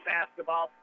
Basketball